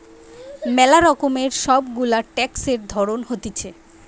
ম্যালা রকমের সব গুলা ট্যাক্সের ধরণ হতিছে